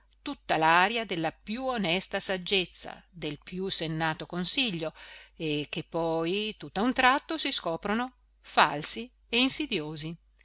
tutta l'aria della più onesta saggezza del più sennato consiglio e che poi tutt'a un tratto si scoprono falsi e insidiosi